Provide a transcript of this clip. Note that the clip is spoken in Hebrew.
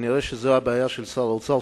וכנראה זאת הבעיה של שר האוצר,